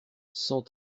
sans